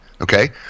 Okay